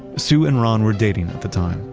sue and ron were dating at the time,